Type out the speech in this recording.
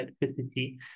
electricity